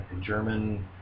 German